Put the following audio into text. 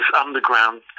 underground